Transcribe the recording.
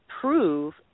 prove